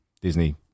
Disney